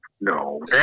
no